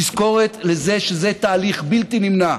תזכורת לזה שזה תהליך בלתי נמנע.